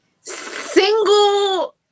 single